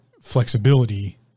flexibility